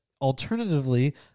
alternatively